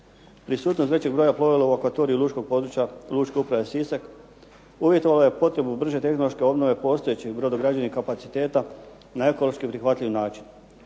Prisutnost većeg broja plovila u akvatoriju Lučke uprave Sisak uvjetovala je potrebu brže tehnološke obnove postojećih brodograđevnih kapaciteta na ekološki prihvatljiv način.